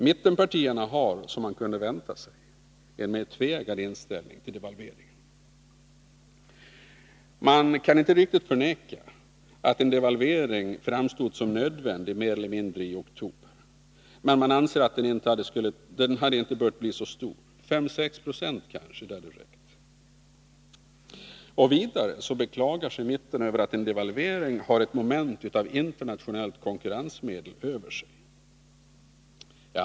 Mittenpartierna har — som man kunde vänta sig — en mer tveeggad inställning till devalveringen. De kan inte riktigt förneka att en devalvering framstod som mer eller mindre nödvändig i oktober, men de anser att den inte hade bort bli så stor — 5-6 70 hade kanske räckt. Vidare beklagar sig mitten över att en devalvering har ett moment av internationellt konkurrensmedel över sig.